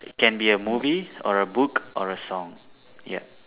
can be a movie or a book or a song yup